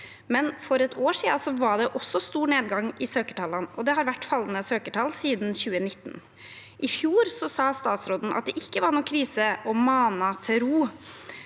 også for et år siden var det stor nedgang i søkertallene, og det har vært fallende søkertall siden 2019. I fjor sa statsråden at det ikke var noen krise og manet til ro: